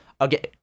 Okay